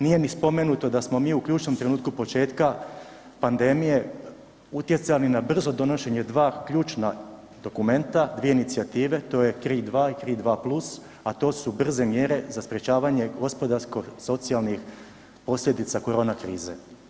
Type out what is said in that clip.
Nije ni spomenuto da smo mi u ključnom trenutku početka pandemije utjecali na brzo donošenje dva ključna dokumenta, dvije inicijative, to je 3.2. i 3.2. + a to su brze mjere za sprječavanje gospodarsko-socijalnih posljedica korona krize.